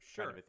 Sure